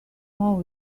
more